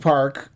Park